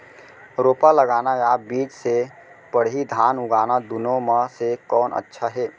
रोपा लगाना या बीज से पड़ही धान उगाना दुनो म से कोन अच्छा हे?